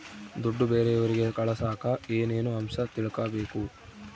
ದುಡ್ಡು ಬೇರೆಯವರಿಗೆ ಕಳಸಾಕ ಏನೇನು ಅಂಶ ತಿಳಕಬೇಕು?